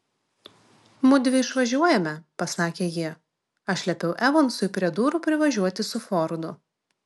mudvi išvažiuojame pasakė ji aš liepiau evansui prie durų privažiuoti su fordu